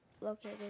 located